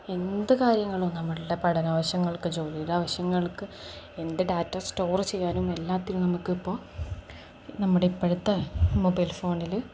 എന്ത് കാര്യങ്ങളും നമ്മളുടെ പഠനാവശ്യങ്ങൾക്ക് ജോലിയുടെ ആവശ്യങ്ങൾക്ക് എന്ത് ഡാറ്റ സ്റ്റോർ ചെയ്യാനും എല്ലാത്തിനും നമുക്ക് ഇപ്പോൾ നമ്മുടെ ഇപ്പോഴത്തെ മൊബൈൽ ഫോണിൽ